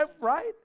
right